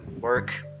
Work